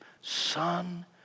son